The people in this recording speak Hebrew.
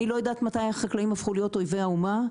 אני לא יודעת מתי החקלאים הפכו להיות אויבי האומה,